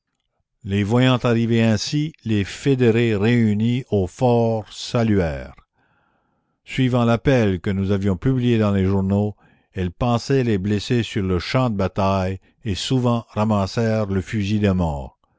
les voyant arriver ainsi les fédérés réunis au fort saluèrent la commune suivant l'appel que nous avions publié dans les journaux elles pansaient les blessés sur le champ de bataille et souvent ramassèrent le fusil d'un mort